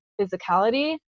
physicality